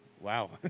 Wow